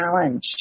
challenge